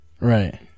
Right